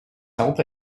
help